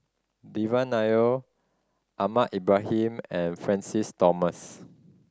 Devan Nair Ahmad Ibrahim and Francis Thomas